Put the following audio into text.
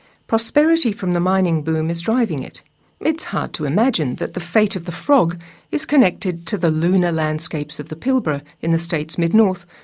prosperity from the mining boom is driving it it's hard to imagine that the fate of the frog is connected to the lunar landscapes of the pilbara, in the state's mid-north,